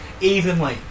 evenly